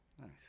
Nice